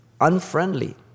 unfriendly